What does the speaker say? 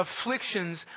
afflictions